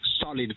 solid